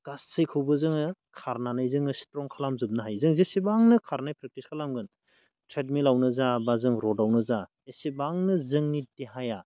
गासैखौबो जोङो खारनानै जोङो स्ट्रं खालामजोबनो हायो जोङो जेसेबांनो खारनो प्रेक्टिस खालामगोन ट्रेडमिलावनो जा जों रडआवनो जा एसेबांनि जोंनि देहाया